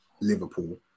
Liverpool